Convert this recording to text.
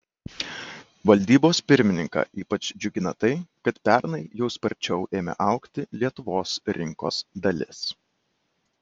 valdybos pirmininką ypač džiugina tai kad pernai jau sparčiau ėmė augti lietuvos rinkos dalis